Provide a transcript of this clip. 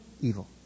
Evil